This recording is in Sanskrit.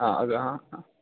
हा अदु हा